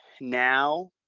now